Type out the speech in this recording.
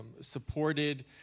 supported